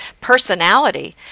personality